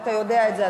ואתה יודע את זה,